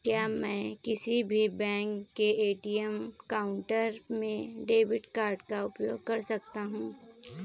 क्या मैं किसी भी बैंक के ए.टी.एम काउंटर में डेबिट कार्ड का उपयोग कर सकता हूं?